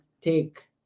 take